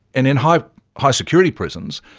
and in high high security prisons,